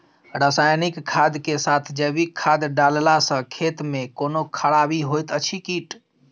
रसायनिक खाद के साथ जैविक खाद डालला सॅ खेत मे कोनो खराबी होयत अछि कीट?